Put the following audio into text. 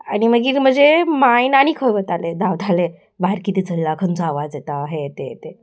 आनी मागीर म्हजें मायंड आनी खंय वतालें धांवतालें भायर कितें चल्लां खंयचो आवाज येता हें तें तें